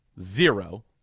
zero